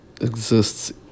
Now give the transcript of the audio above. exists